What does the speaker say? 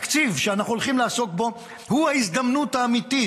התקציב שאנחנו הולכים לעסוק בו הוא ההזדמנות האמיתית,